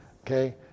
Okay